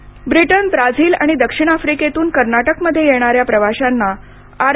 Karnataka Britain Brazil आणि दक्षिण आफ्रिकेतून कर्नाटकमध्ये येणाऱ्या प्रवाशांना आर